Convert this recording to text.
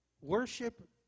Worship